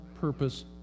purpose